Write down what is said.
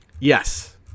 Yes